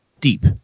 deep